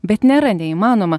bet nėra neįmanoma